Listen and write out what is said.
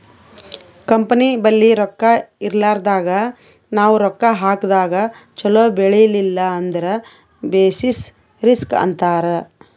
company ಬಲ್ಲಿ ರೊಕ್ಕಾ ಇರ್ಲಾರ್ದಾಗ್ ನಾವ್ ರೊಕ್ಕಾ ಹಾಕದಾಗ್ ಛಲೋ ಬೆಳಿಲಿಲ್ಲ ಅಂದುರ್ ಬೆಸಿಸ್ ರಿಸ್ಕ್ ಅಂತಾರ್